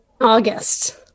August